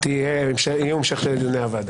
יהיה המשך לדיוני וועדה.